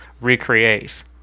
recreate